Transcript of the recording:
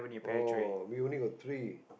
oh we only got three